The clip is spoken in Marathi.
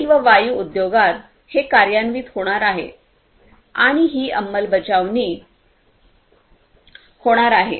तेल व वायू उद्योगात हे कार्यान्वित होणार आहे आणि ही अंमलबजावणी होणार आहे